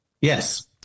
Yes